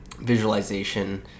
visualization